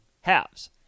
halves